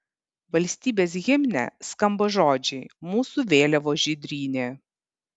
valstybės himne skamba žodžiai mūsų vėliavos žydrynė